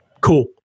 cool